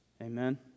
Amen